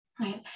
right